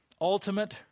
ultimate